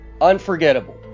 unforgettable